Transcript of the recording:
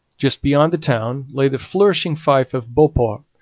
just beyond the town lay the flourishing fief of beauport,